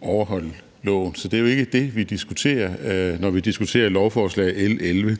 overholde loven. Så det er jo ikke det, vi diskuterer, når vi diskuterer lovforslag nr. L 11.